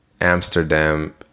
Amsterdam